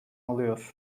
alıyor